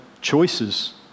choices